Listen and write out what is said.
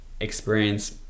experience